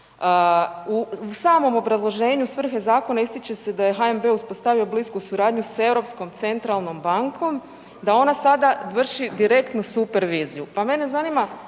U samom obrazloženju svrhe zakona ističe se da je HNB uspostavio blisku suradnju s Europskom centralnom bankom, da ona sada vrši direktnu superviziju. Pa mene zanima,